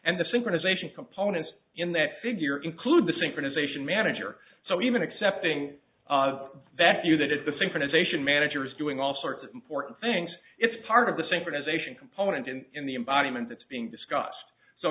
and the synchronization components in that figure include the synchronization manager so even accepting that you that if the synchronization manager is doing all sorts of important things it's part of the synchronization component and in the embodiment that's being discussed so